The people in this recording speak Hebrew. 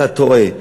אתה טועה.